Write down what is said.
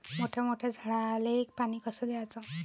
मोठ्या मोठ्या झाडांले पानी कस द्याचं?